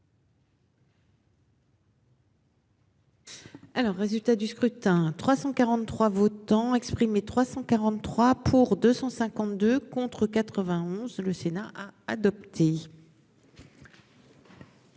Alors résultat du scrutin. 343 votants exprimés, 343 pour 252 contre 91, le Sénat a adopté.